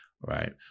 Right